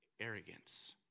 arrogance